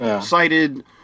cited